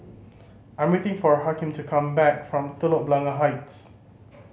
I am waiting for Hakim to come back from Telok Blangah Heights